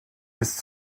ist